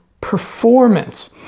performance